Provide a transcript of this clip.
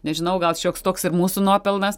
nežinau gal šioks toks ir mūsų nuopelnas